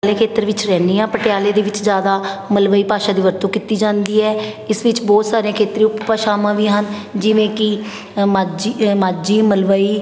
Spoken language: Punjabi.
ਆਲੇ ਖੇਤਰ ਵਿੱਚ ਰਹਿੰਦੀ ਹਾਂ ਪਟਿਆਲੇ ਦੇ ਵਿੱਚ ਜ਼ਿਆਦਾ ਮਲਵਈ ਭਾਸ਼ਾ ਦੀ ਵਰਤੋਂ ਕੀਤੀ ਜਾਂਦੀ ਹੈ ਇਸ ਵਿੱਚ ਬਹੁਤ ਸਾਰੀਆਂ ਖੇਤਰੀ ਉਪ ਭਾਸ਼ਾਵਾਂ ਵੀ ਹਨ ਜਿਵੇਂ ਕਿ ਅ ਮਾਜੀ ਅ ਮਾਝੀ ਮਲਵਈ